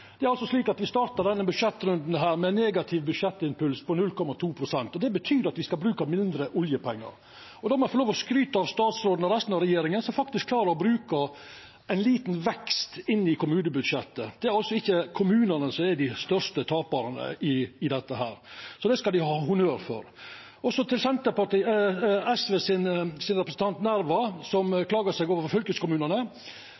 Me starta altså denne budsjettrunden med ein negativ budsjettimpuls på 0,2 pst. Det betyr at me skal bruka færre oljepengar. Då må eg få lov til å skryta av statsråden og resten av regjeringa som faktisk klarar å få ein liten vekst inn i kommunebudsjettet – det er altså ikkje kommunane som er dei største taparane i dette. Så det skal dei ha honnør for. Så til